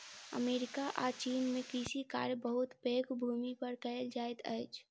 America आ चीन में कृषि कार्य बहुत पैघ भूमि पर कएल जाइत अछि